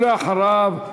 ואחריו,